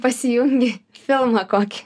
pasijungi filmą kokį